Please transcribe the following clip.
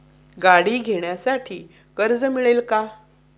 गाडी घेण्यासाठी कर्ज मिळेल का?